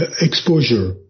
exposure